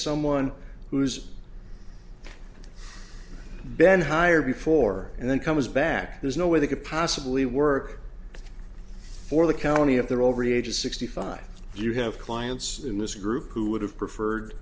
someone who's been hired before and then comes back there's no way they could possibly work for the county if they're over the age of sixty five you have clients in this group who would have preferred